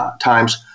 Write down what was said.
times